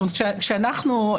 כשאנחנו,